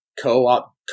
co-op